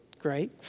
Great